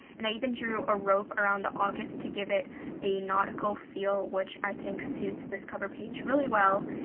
and i even drew a rope around the august to give it a nautical feel, which i think suits this cover page really well.